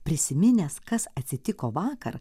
prisiminęs kas atsitiko vakar